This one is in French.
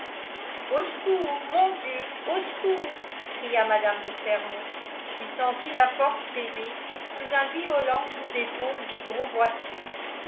au secours mon dieu au secours cria mme de fermont qui sentit la porte céder sous un violent coup d'épaule du gros